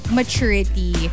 maturity